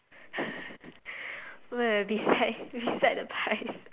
where beside beside the pie